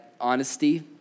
Honesty